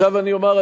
עכשיו אני אומר,